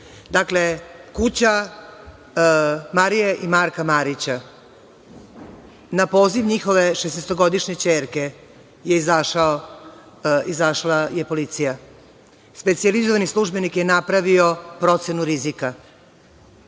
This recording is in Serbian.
Dakle, kuća Marije i Marka Marića, na poziv njihove šestnaestogodišnje ćerke izašla je policija. Specijalizovani službenik je napravio procenu rizika.